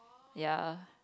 ya